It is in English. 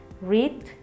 read